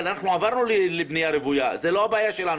אבל אנחנו עברנו לבנייה רוויה זאת לא הבעיה שלנו.